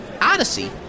Odyssey